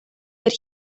that